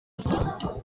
gusa